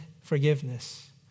forgiveness